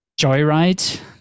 Joyride